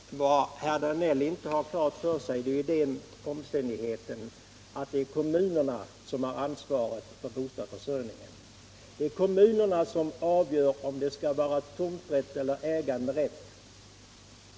Herr talman! Vad herr Danell inte har klart för sig är den omständigheten att det är kommunerna som har ansvaret för bostadsförsörjningen. Det är kommunerna som avgör om det skall vara tomträtt eller äganderätt.